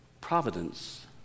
providence